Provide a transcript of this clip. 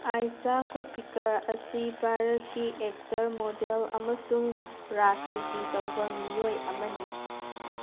ꯑꯥꯏꯁꯥ ꯀꯣꯞꯄꯤꯀꯔ ꯑꯁꯤ ꯚꯥꯔꯠꯀꯤ actor model ꯑꯃꯁꯨꯡ ꯔꯥꯖꯅꯤꯇꯤ ꯇꯧꯕ ꯃꯤꯑꯣꯏ ꯑꯃꯅꯤ